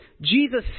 Jesus